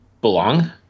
belong